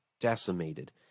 decimated